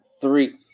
three